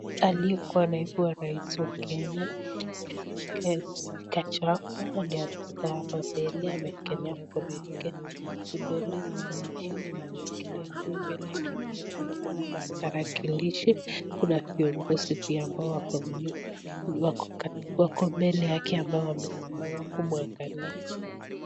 Aliyekuwa naibu wa rais wa kenya Gachagua ndiye amekaa hapa mbele ameekelea mkono wake vidole kuna mashini ameekelea juu. Mbele yake pia tunaona kuna tarakilishi kuna viongozi pia ambao wako mbele yake ambao wamesimama kumwangalia.